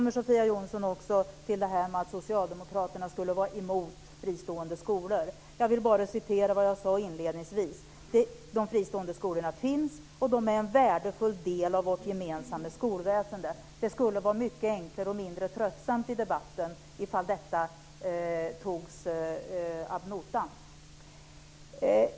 Sofia Jonsson återkommer till att Socialdemokraterna skulle vara emot fristående skolor. Jag vill återge vad jag sade inledningsvis: De fristående skolorna finns, och de är en värdefull del av vårt gemensamma skolväsende. Det skulle vara mycket enkelt och mindre tröttsamt att debattera ifall detta togs ad notam.